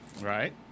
Right